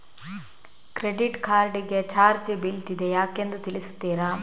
Credit card ಗೆ charge ಬೀಳ್ತಿದೆ ಯಾಕೆಂದು ತಿಳಿಸುತ್ತೀರಾ?